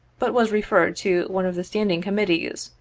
but was referred to one of the standing committees,